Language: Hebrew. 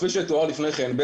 כפי שתואר לפני כן,